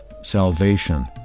salvation